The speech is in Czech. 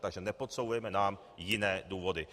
Takže nepodsouvejte nám jiné důvody.